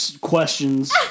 questions